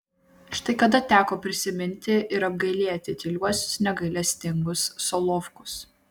štai kada teko prisiminti ir apgailėti tyliuosius negailestingus solovkus